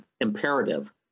imperative